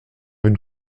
une